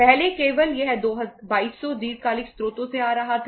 पहले केवल यह 2200 दीर्घकालिक स्रोतों से आ रहा था